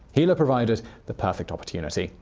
hela provided the perfect opportunity.